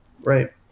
right